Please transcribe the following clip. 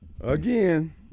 again